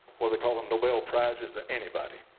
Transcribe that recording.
or they call them nobel prizes than anybody